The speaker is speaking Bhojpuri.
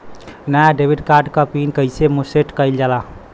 नया डेबिट कार्ड क पिन कईसे सेट कईल जाला?